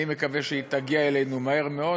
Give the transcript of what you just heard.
אני מקווה שהיא תגיע אלינו מהר מאוד,